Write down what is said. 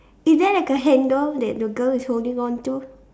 is there like a handle that the girl is holding on to